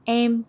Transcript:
em